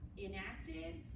enacted,